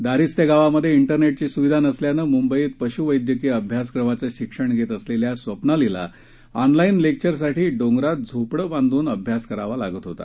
दारिस्ते गावात विरनेटची सुविधा नसल्यानं मुंबईत पशुवैद्यकीय अभ्यासक्रमच शिक्षण घेत असलेल्या स्वप्नालीला ऑनलाईन लेक्वरसाठी डोंगरात झोपडं बांधून अभ्यास करावा लागत होता